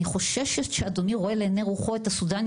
אני חוששת שאדוני רואה לעניי רוחו את הסודנים